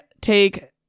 take